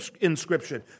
inscription